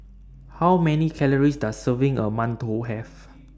How Many Calories Does A Serving of mantou Have